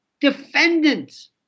defendants